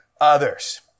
others